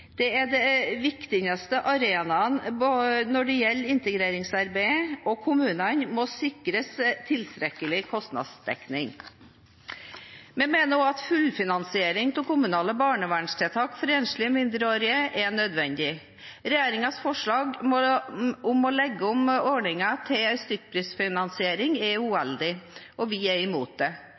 Det er den viktigste arenaen når det gjelder integreringsarbeidet, og kommunene må sikres tilstrekkelig kostnadsdekning. Vi mener også at fullfinansiering av kommunale barnevernstiltak for enslige mindreårige er nødvendig. Regjeringens forslag om å legge om ordningen til stykkprisfinansiering er uheldig, og vi er imot det.